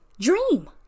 dream